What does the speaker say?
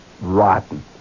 rotten